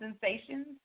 sensations